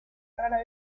rara